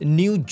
new